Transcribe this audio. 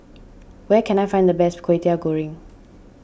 where can I find the best Kwetiau Goreng